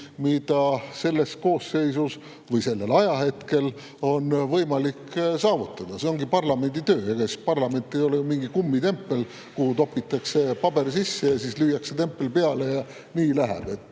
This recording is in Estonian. mida selles koosseisus või sellel ajahetkel on võimalik saavutada – see ongi parlamendi töö. Ega parlament ei ole ju mingi kummitempel, et topitakse paber sisse, siis lüüakse tempel peale ja nii läheb.